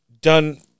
done